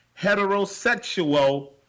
heterosexual